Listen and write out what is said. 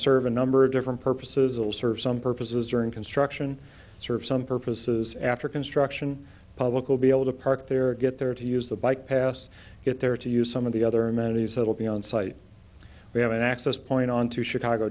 serve a number of different purposes it will serve some purposes during construction serve some purposes after construction public will be able to park there get there to use the bike pass it there to use some of the other amenities that will be on site we have an access point on to chicago